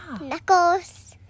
knuckles